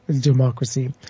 democracy